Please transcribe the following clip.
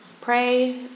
pray